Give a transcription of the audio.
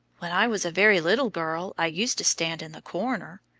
when i was a very little girl i used to stand in the corner.